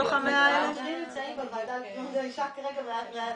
הנתונים נמצאים בוועדה לקידום האישה כרגע.